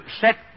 set